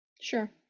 sure